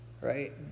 right